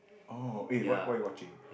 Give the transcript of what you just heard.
oh eh what what you watching